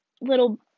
little